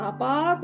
Apa